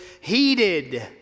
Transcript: heated